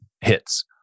hits